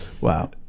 Wow